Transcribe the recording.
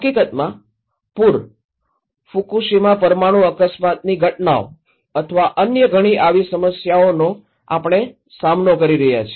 હકીકતમાં પૂર ફુકુશીમા પરમાણુ અકસ્માતની ઘટનાઓ અથવા અન્ય ઘણી આવી સમસ્યાઓનો આપણે સામનો કરી રહ્યા છીએ